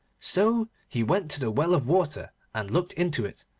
so he went to the well of water and looked into it,